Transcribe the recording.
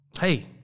hey